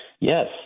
Yes